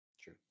True